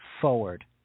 forward